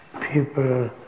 people